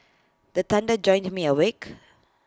the thunder jolt me awake